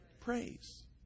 praise